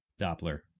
Doppler